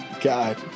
God